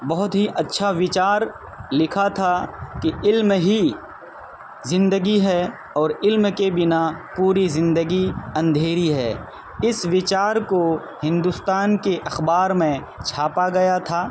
بہت ہی اچھا وچار لکھا تھا کہ علم ہی زندگی ہے اور علم کے بنا پوری زندگی اندھیری ہے اس وچار کو ہندوستان کے اخبار میں چھاپا گیا تھا